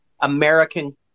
American